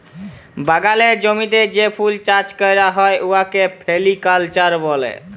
বাগালের জমিতে যে ফুল চাষ ক্যরা হ্যয় উয়াকে ফোলোরিকাল্চার ব্যলে